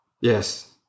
Yes